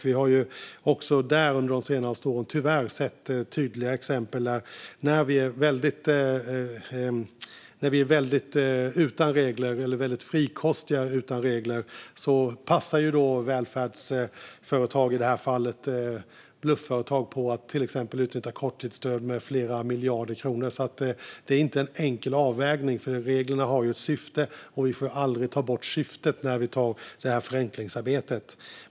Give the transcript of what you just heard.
Vi har också under de senaste åren tyvärr sett tydliga exempel på att när vi är utan regler eller väldigt frikostiga utan regler passar blufföretag, i det här fallet välfärdsföretag, på att till exempel utnyttja korttidsstöd med flera miljarder kronor. Det här är inte en enkel avvägning, för reglerna har ju ett syfte, och vi får aldrig ta bort syftet med förenklingsarbetet.